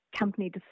company